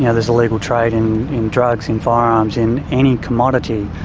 yeah there's illegal trade in in drugs, in firearms, in any commodity.